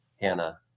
Hannah